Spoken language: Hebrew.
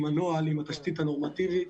עם הנוהל, עם התשתית הנורמטיבית.